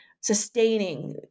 sustaining